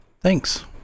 Thanks